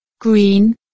green